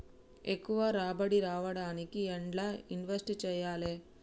ఎక్కువ రాబడి రావడానికి ఎండ్ల ఇన్వెస్ట్ చేయాలే?